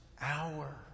hour